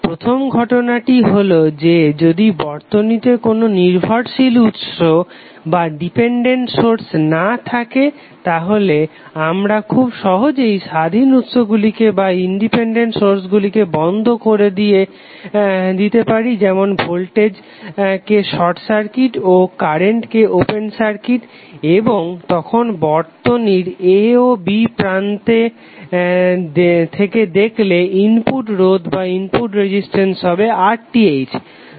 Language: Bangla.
প্রথম ঘটনাটি হলো যে যদি বর্তনীতে কোনো নির্ভরশীল উৎস না থাকে তাহলে আমরা খুব সহজেই সমস্ত স্বাধীন উৎসগুলিকে বন্ধ করে দিয়ে পারি যেমন ভোল্টেজ কে শর্ট সার্কিট ও কারেন্ট কে ওপেন সার্কিট এবং তখন বর্তনীর a ও b প্রান্ত থেকে দেখলে ইনপুট রোধ হবে RTh